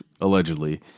allegedly